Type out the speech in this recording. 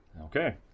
Okay